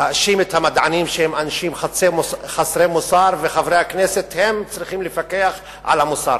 להאשים את המדענים שהם חסרי מוסר וחברי הכנסת הם שצריכים לפקח על המוסר.